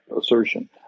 assertion